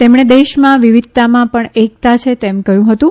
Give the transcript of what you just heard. તેમણે દેશમાં વિવિધતામાં પણ એકતા છે એમ કહ્યું હતું